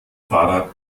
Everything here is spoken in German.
fahrrad